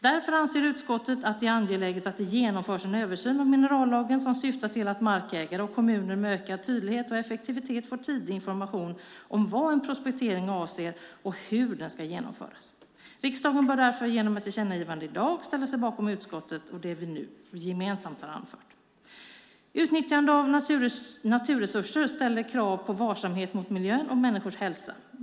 Därför anser utskottet att det är angeläget att det genomförs en översyn av minerallagen som syftar till att markägare och kommuner med ökad tydlighet och effektivitet får tidig information om vad en prospektering avser och hur den ska genomföras. Riksdagen bör därför genom ett tillkännagivande i dag ställa sig bakom det utskottet gemensamt har anfört. Utnyttjande av naturresurser ställer krav på varsamhet mot miljön och människors hälsa.